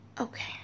Okay